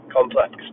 complex